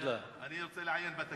אני רוצה לעיין בתקנון.